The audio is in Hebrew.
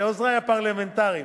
לעוזרי הפרלמטריים,